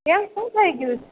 કેમ શું થઇ ગયું છે